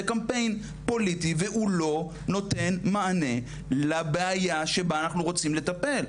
לקמפיין פוליטי והוא לא נותן מענה לבעיה שבה אנחנו רוצים לטפל.